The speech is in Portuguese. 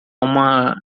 uma